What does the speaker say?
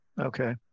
Okay